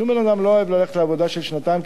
שום בן-אדם לא אוהב ללכת לעבודה של שנתיים,